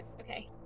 Okay